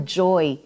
joy